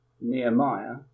Nehemiah